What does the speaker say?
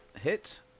hit